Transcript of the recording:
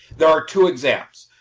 there are two exams.